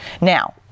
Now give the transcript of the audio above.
Now